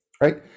Right